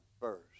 first